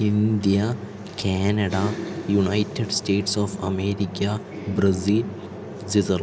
India Canada United States of America Brazil Switzerland